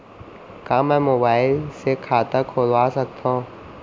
का मैं मोबाइल से खाता खोलवा सकथव?